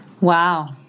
wow